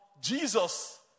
Jesus